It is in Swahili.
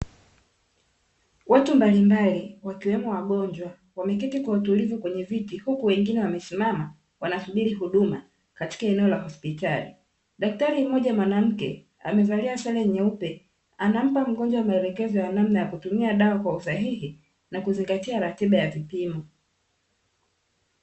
Watu mbalimbali wakiwemo wagonjwa wameketi kwa utulivu kwenye viti huku wengine wamesimama wanasubiri huduma katika eneo la hospitali, daktari mmoja mwanamke amevalia sare nyeupe anampa mgonjwa maelekezo ya namna ya kutumia dawa kwa usahihi na kuzingatia ratiba ya vipimo .